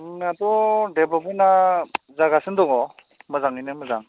जोंनाथ' देबलफमेन्टआ जागासिनो दङ मोजाङैनो मोजां